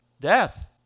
Death